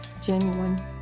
genuine